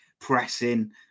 pressing